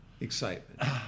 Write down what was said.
Excitement